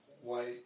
white